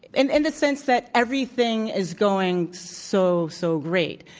and in the sense that everything is going so, so great,